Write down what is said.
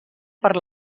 per